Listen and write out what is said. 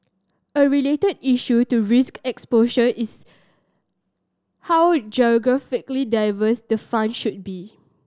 a related issue to risk exposure is how geographically diversified the fund should be